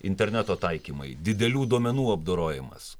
interneto taikymai didelių duomenų apdorojimas